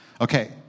Okay